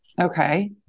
okay